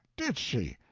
did she?